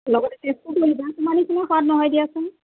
লগতে টেষ্টো কৰিবা তোমাৰ নিচিনা সোৱাদ নহয় দিয়াচোন